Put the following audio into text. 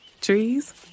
Trees